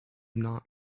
not